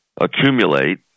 accumulate